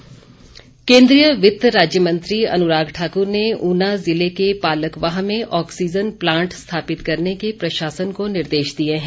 अनुराग ठाकुर केन्द्रीय वित्त राज्य मंत्री अनुराग ठाक्र ने ऊना ज़िले के पालकवाह में ऑक्सीज़न प्लांट स्थापित करने के प्रशासन को निर्देश दिए हैं